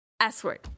S-word